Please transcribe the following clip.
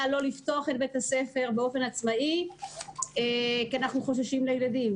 שלא לפתוח את בית הספר באופן עצמאי כי הם חוששים לילדים,